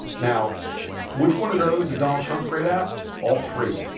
now which one of those is donald trump great app all three